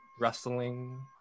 rustling